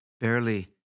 barely